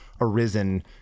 arisen